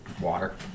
water